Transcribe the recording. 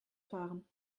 fahren